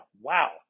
Wow